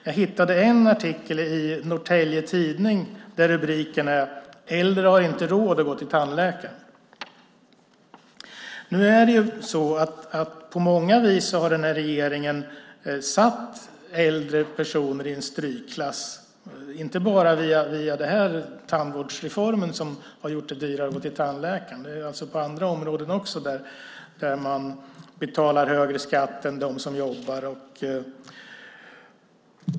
Jag hittade en artikel i Norrtelje Tidning där rubriken är "Äldre har inte råd att gå till tandläkaren". På många vis har den här regeringen satt äldre personer i en strykklass. Det gäller inte bara via tandvårdsreformen som har gjort det dyrare att gå till tandläkaren, utan det gäller också på andra områden. Man betalar högre skatt än de som jobbar.